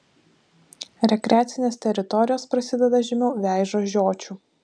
rekreacinės teritorijos prasideda žemiau veižo žiočių